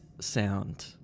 sound